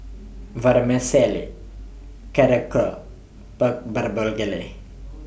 Vermicelli Korokke Pork